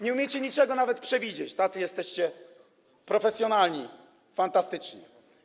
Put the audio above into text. Nie umiecie niczego nawet przewidzieć, tacy jesteście profesjonalni, fantastyczni.